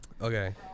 Okay